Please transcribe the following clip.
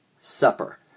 supper